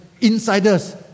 insiders